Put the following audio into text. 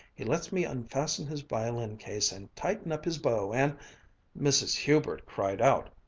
he lets me unfasten his violin-case and tighten up his bow and mrs. hubert cried out,